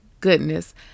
goodness